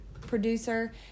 producer